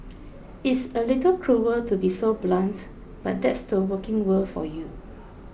it's a little cruel to be so blunt but that's the working world for you